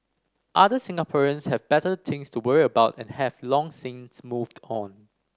other Singaporeans have better things to worry about and have long since moved on